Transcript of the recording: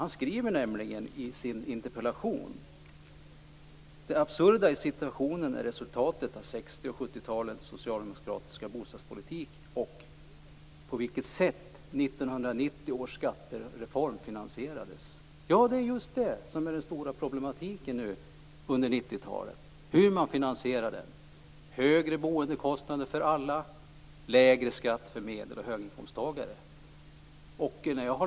Han skriver nämligen i sin interpellation: "Denna absurda situation är resultatet av 1960 och 1970-talens socialdemokratiska bostadspolitik och det sätt på vilket 1990 års skattereform finansierades." Det är just detta som är den stora problematiken under 90-talet, att den finansierades med högre boendekostnader för alla och lägre skatt för medel och höginkomsttagare.